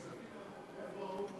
איפה הוא?